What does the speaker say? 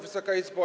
Wysoka Izbo!